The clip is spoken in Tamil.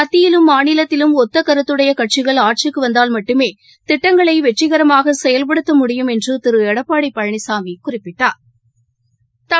மத்தியிலும் மாநிலத்திலும் ஒத்தக் கருத்துடையகட்சிகள் மட்டுமே திட்டங்களைவெற்றிகரமாகசெயல்படுத்த முடியும் என்றுதிருளடப்பாடிபழனிசாமிகுறிப்பிட்டாா்